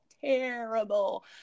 terrible